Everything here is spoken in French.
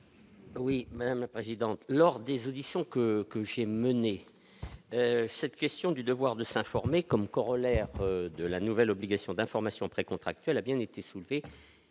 Oui, madame la présidente, lors des auditions que comme j'ai mené cette question du devoir de s'informer comme corollaire de la nouvelle obligation d'information pré-contractuelle a bien été soulevée